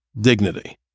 dignity